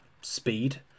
speed